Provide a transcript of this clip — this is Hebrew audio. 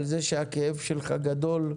על זה שהכאב שלך גדול,